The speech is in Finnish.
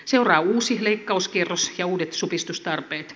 seuraa uusi leikkauskierros ja uudet supistustarpeet